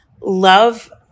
love